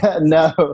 No